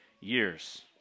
years